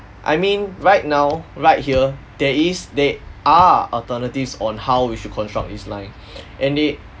I mean right now right here there is there are alternatives on how we should construct these line and they